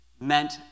meant